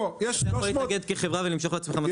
אין לנו שכר, אין לנו משכורת.